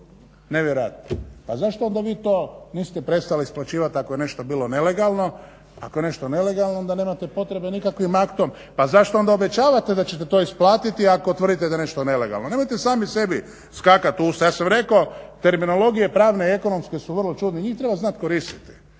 A zašto onda vi to niste prestali isplaćivat ako je nešto bilo nelegalno. Ako je nešto nelegalno onda nemate potrebe nikakvim aktom, pa zašto onda obećavate da ćete to isplatiti ako tvrdite da je nešto nelegalno. Nemojte sami sebi skakat u usta. Ja sam rekao terminologije pravne i ekonomske su vrlo čudne i njih treba znat koristiti,